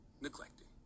neglecting